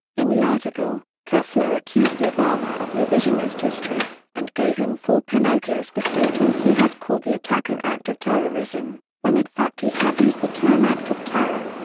in the article, kessler accused obama of revisionist history and gave him four pinocchios for stating he had called the attack an act of terrorism when it fact he had used the term act of terror.